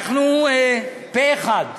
אנחנו, פה-אחד,